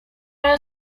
are